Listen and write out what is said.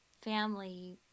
family